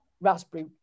raspberry